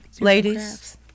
Ladies